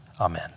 Amen